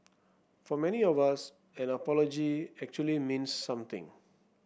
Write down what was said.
for many of us an apology actually means something